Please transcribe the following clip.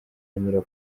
anyura